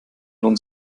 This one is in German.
lohnt